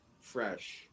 fresh